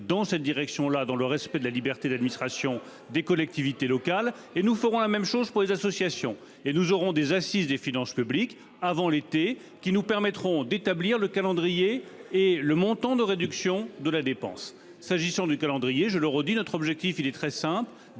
dans cette direction-là, dans le respect de la liberté d'administration, des collectivités locales et nous ferons la même chose pour les associations et nous aurons des assises des finances publiques avant l'été, qui nous permettront d'établir le calendrier et le montant de réduction de la dépense s'agissant du calendrier. Je le redis, notre objectif, il est très simple